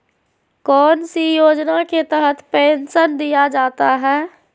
कौन सी योजना के तहत पेंसन दिया जाता है?